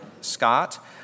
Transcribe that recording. Scott